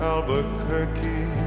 Albuquerque